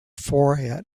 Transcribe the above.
forehead